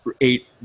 eight